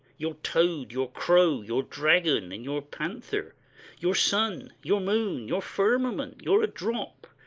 your toad, your crow, your dragon, and your panther your sun, your moon, your firmament, your adrop,